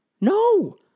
no